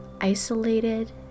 Isolated